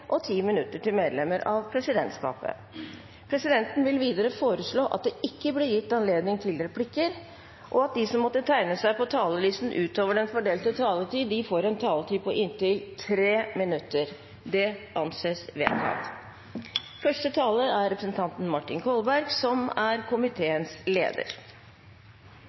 og 5 minutter til medlem av regjeringen. Videre vil presidenten foreslå at det – innenfor den fordelte taletid – blir gitt anledning til replikkordskifte på inntil seks replikker med svar etter innlegg fra medlemmer av regjeringen, og at de som måtte tegne seg på talerlisten utover den fordelte taletid, får en taletid på inntil 3 minutter. – Det anses vedtatt. Jeg er